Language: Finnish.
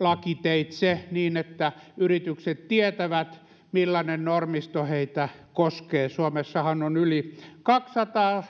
lakiteitse niin että yritykset tietävät millainen normisto heitä koskee suomessahan on yli kaksisataa